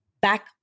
Back